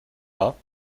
wahr